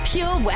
Pure